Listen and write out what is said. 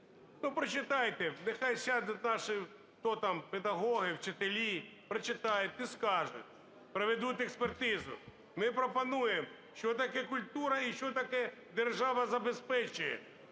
прочитайте. Нехай сядуть наші, хто там, педагоги, вчителі прочитають і скажуть, проведуть експертизу. Ми пропонуємо, що таке культура і що таке "держава забезпечує"